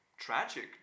tragic